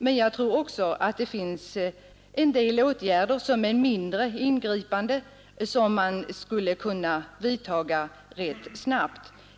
Men jag tror också att det finns en del åtgärder som är mindre ingripande och som man skulle kunna vidta rätt snabbt.